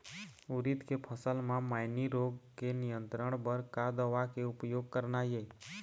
उरीद के फसल म मैनी रोग के नियंत्रण बर का दवा के उपयोग करना ये?